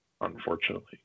unfortunately